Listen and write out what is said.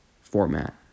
format